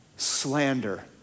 Slander